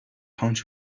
haunt